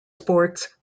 sports